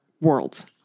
worlds